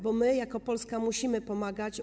Bo my jako Polska musimy pomagać.